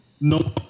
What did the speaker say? no